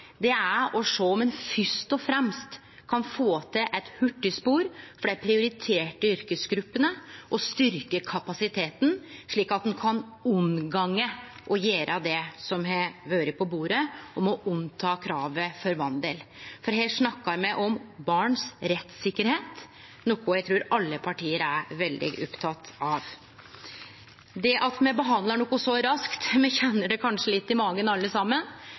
Det eg vil be justisministeren særleg om å sjå på og vere oppteken av, er å sjå om ein fyrst og fremst kan få til eit hurtigspor for dei prioriterte yrkesgruppene og styrkje kapasiteten, slik at ein kan unngå å gjere det som har vore på bordet om å sjå bort frå kravet for vandel. Her snakkar me om rettssikkerheita til barn, noko eg trur alle parti er veldig opptekne av. Det at me behandlar noko så raskt, kjenner me alle kanskje